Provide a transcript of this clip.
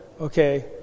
okay